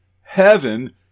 Heaven